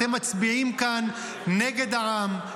אתם מצביעים כאן נגד העם,